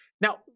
Now